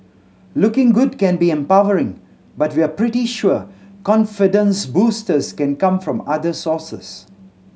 looking good can be empowering but we're pretty sure confidence boosters can come from other sources